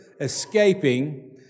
escaping